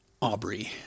Aubrey